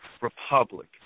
republic